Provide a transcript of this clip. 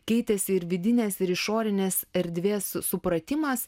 keitėsi ir vidinės ir išorinės erdvės supratimas